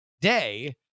day